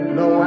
no